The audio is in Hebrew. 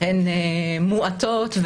הן מועטות,